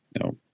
no